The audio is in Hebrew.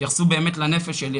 התייחסו באמת לנפש לי,